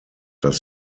dass